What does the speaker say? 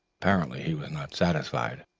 apparently he was not satisfied,